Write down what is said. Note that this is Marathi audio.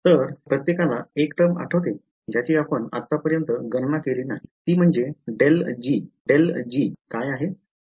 तर या प्रत्येकाला एक टर्म आठवते ज्याची आपण आत्तापर्यन्त गणना केली नाही ती म्हणजे ∇g काय आहे